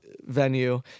venue